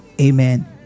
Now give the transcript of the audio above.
Amen